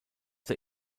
der